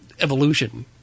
evolution